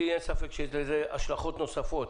לי אין ספק שיש לזה השלכות נוספות,